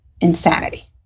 insanity